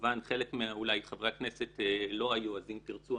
וכמובן חלק מחברי כנסת אולי לא היו אז אם תרצו,